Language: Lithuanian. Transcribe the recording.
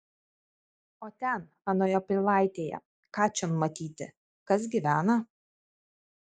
o ten anoje pilaitėje ką čion matyti kas gyvena